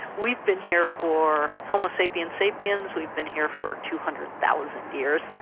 we've been here for homo sapiens sapiens we've been here for two hundred thousand years,